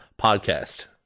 podcast